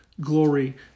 Glory